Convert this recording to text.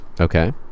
Okay